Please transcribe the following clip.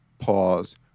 pause